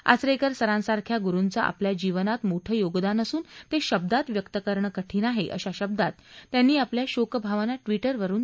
आचरेकर सरांसारख्या गुरुचं आपल्या जीवनात मोठं योगदान असून ते शब्दात व्यक्त करणं कठीण आहे अशा शब्दात त्यांनी आपल्या शोकभावना ट्विटरवरून व्यक्त केल्या